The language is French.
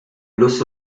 los